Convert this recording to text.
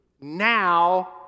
now